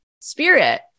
spirit